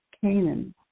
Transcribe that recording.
Canaan